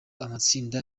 amatsinda